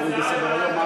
להוריד מסדר-היום?